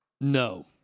No